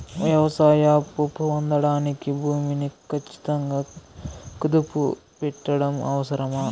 వ్యవసాయ అప్పు పొందడానికి భూమిని ఖచ్చితంగా కుదువు పెట్టడం అవసరమా?